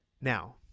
Now